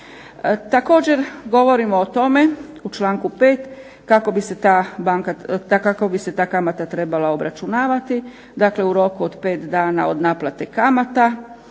Također govorimo o tome u članku 5. kako bi se ta kamata trebala obračunavati, dakle, u roku od pet dana od naplate kamata,